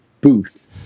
booth